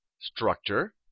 structure